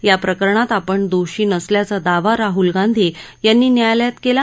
या प्रकरणात आपण दोषी नसल्याचा दावा राहल गांधी यांनी न्यायालयात केला